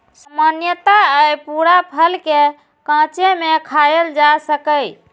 सामान्यतः अय पूरा फल कें कांचे मे खायल जा सकैए